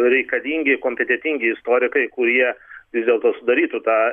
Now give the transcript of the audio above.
reikalingi kompetentingi istorikai kurie vis dėlto darytų tą